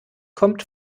kommt